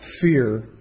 fear